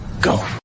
go